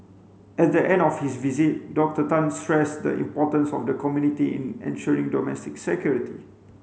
at the end of his visit Doctor Tan stressed the importance of the community in ensuring domestic security